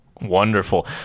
Wonderful